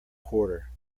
quarter